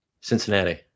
Cincinnati